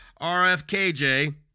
RFKJ